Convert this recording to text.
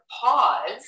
pause